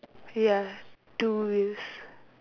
ya two wheels